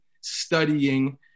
studying